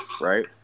right